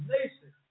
Nation